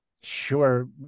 Sure